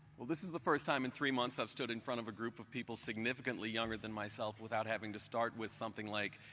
well, this is the first time in three months i've stood in front of a group of people significantly younger than myself without having to start with something like,